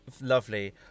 Lovely